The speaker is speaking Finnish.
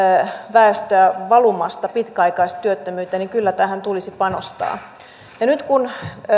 väestöä valumasta pitkäaikaistyöttömyyteen niin kyllä tähän tulisi panostaa nyt kun